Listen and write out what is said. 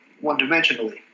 one-dimensionally